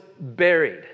buried